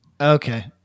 okay